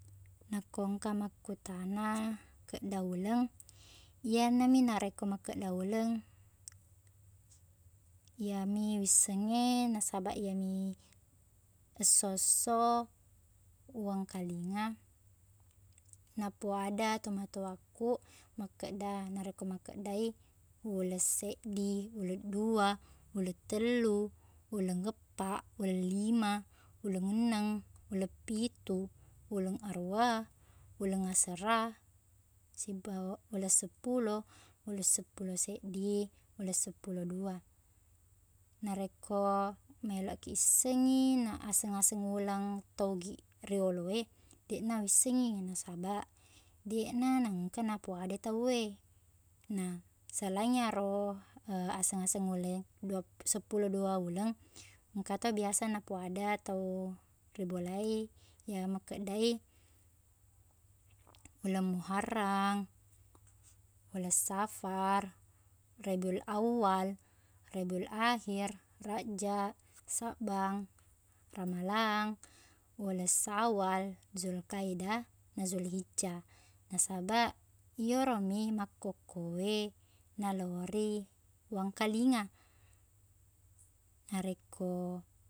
Nako engka makkutana kedda uleng iyanami narekko makkeda uleng iyami wisseng e nasabaq iyemi esso-esso uwangkalinga napoada to matoakkuq makkedda- narekko makkedda i uleng seddi uleng dua uleng tellu uleng eppa uleng lima uleng enneng uleng pitu uleng arua uleng asera sibawa- uleng seppulo uleng seppulo seddi uleng seppulo dua narekko maelokiq isseng i na aseng-aseng ulang to ogiq riyolo e deqna wisseng i nasabaq deqna engka napoada i tau e nah selaing iyero aseng-aseng uleng duap- seppulo dua uleng engka to biasa napoada tau ri bola e iye makkedda e uleng muharrang uleng safar raibul awwal raibul akhir raqjaq sabbang ramalang uleng syawal zul khaeda na zul hijja nasabaq iyeromi makkukku e nalori wangkalinga narekko